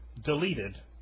deleted